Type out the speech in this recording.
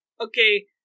Okay